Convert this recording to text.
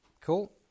Cool